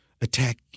attack